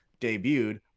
debuted